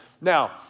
Now